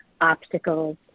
obstacles